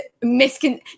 miscon